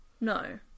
No